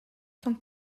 sans